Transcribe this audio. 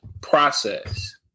process